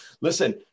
listen